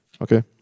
Okay